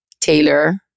Taylor